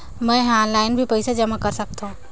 मैं ह ऑनलाइन भी पइसा जमा कर सकथौं?